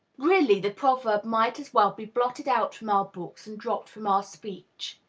really, the proverb might as well be blotted out from our books and dropped from our speech.